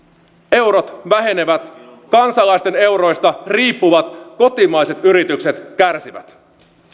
eurot vähenevät kansalaisten euroista riippuvat kotimaiset yritykset kärsivät